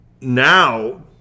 now